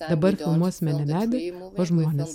dabar filmuosime ne medį o žmones